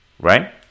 Right